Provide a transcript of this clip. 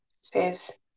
says